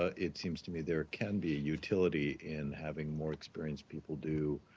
ah it seems to me there can be utility in having more experienced people do